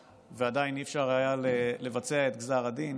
ועדיין לא היה אפשר לבצע את גזר הדין,